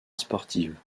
sportives